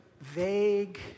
vague